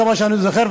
עד כמה שאני זוכר,